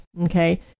Okay